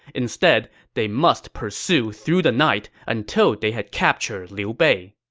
instead, they must pursue through the night until they have captured liu bei.